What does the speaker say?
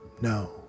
No